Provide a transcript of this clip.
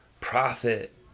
profit